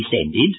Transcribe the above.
descended